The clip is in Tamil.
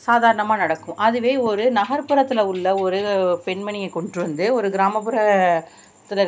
சாதாரணமாக நடக்கும் அதுவே ஒரு நகர்ப்புறத்தில் உள்ள ஒரு பெண்மணியை கூட்டு வந்து ஒரு கிராமப்புறத்தில்